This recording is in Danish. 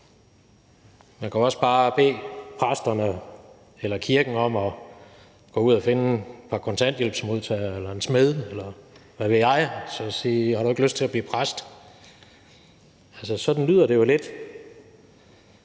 Man kan også bare bede præsterne eller kirken om at gå ud og finde et par kontanthjælpsmodtagere eller en smed, eller hvad ved jeg, og så sige: Har du ikke lyst til at blive præst? Sådan lyder det jo lidt,